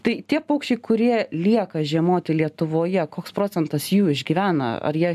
tai tie paukščiai kurie lieka žiemoti lietuvoje procentas jų išgyvena ar